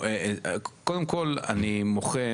קודם כול, אני מוחה